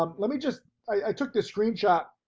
um let me just, i took this screenshot.